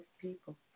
people